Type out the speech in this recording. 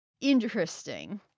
interesting